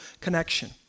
connection